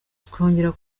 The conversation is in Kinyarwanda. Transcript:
twongera